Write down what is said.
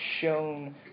shown